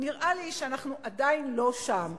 נראה לי שאנחנו עדיין לא שם.